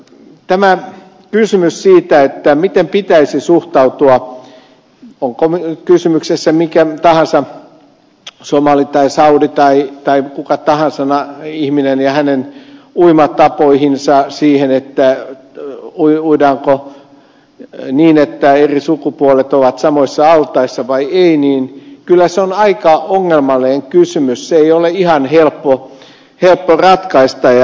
tämä kysymys siitä miten pitäisi suhtautua olkoon kysymyksessä somali saudi tai kuka tahansa ihminen ja hänen uimatapansa se uidaanko niin että eri sukupuolet ovat samoissa altaissa vai ei on kyllä aika ongelmallinen kysymys se ei ole ihan helppo ratkaista